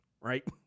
right